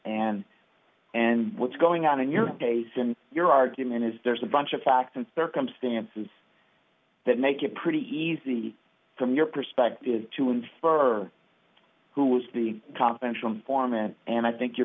and and what's going on in your case in your argument is there's a bunch of facts and circumstances that make it pretty easy from your perspective to infer who was the confidential informant and i think your